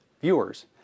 Viewers